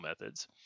methods